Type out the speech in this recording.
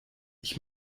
ich